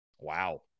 Wow